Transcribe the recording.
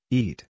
eat